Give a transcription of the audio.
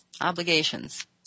obligations